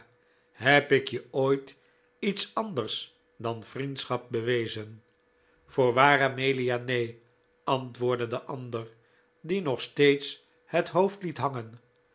heb ik je ooit iets anders dan vriendschap bewezen voorwaar amelia nee antwoordde de ander die nog steeds het hoofd liet hangen